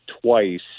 twice